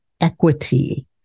equity